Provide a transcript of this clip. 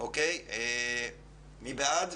מי בעד?